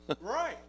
Right